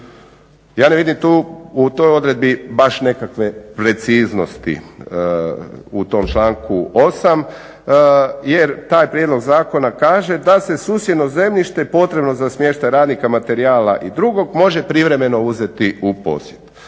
Ja ne vidim tu u toj odredbi baš nekakve preciznosti u tom članku 8. jer taj prijedlog zakona kaže da se susjedno zemljište potrebno za smještaj radnika, materijala i drugog može privremeno uzeti u posjed.